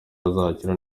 bazakira